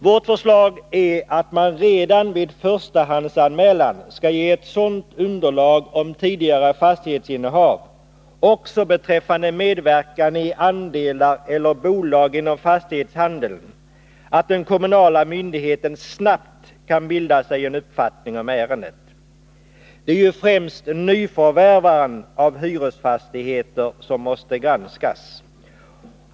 Vårt förslag är att man redan vid förstahandsanmälan skall ge ett sådant underlag om tidigare fastighetsinnehav och beträffande medverkan i andelar eller bolag inom fastighetshandeln att den kommunala myndigheten snabbt kan bilda sig en uppfattning om ärendet. Det är ju främst nyförvärvaren som måste granskas.